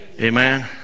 Amen